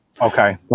Okay